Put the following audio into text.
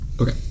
Okay